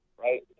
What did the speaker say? right